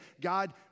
God